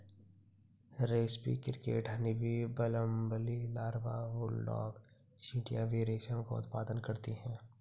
रेस्पी cricket, honeybee, bumblebee larva, bulldog चींटियां भी रेशम का उत्पादन करती हैं